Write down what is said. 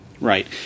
Right